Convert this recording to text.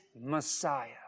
Messiah